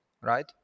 right